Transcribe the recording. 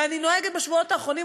ואני נוהגת בשבועות האחרונים,